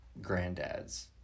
granddad's